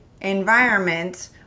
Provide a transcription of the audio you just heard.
environment